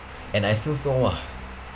and I feel so !wah!